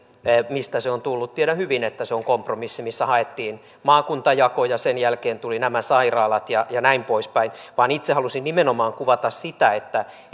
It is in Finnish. mistä se on tullut tiedän hyvin että se on kompromissi missä haettiin maakuntajako ja sen jälkeen tulivat nämä sairaalat ja ja näin poispäin itse halusin nimenomaan kuvata sitä että